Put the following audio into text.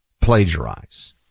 plagiarize